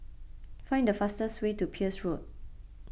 find the fastest way to Peirce Road